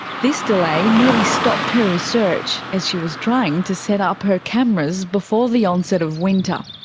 this delay nearly stopped her research, as she was trying to set up her cameras before the onset of winter.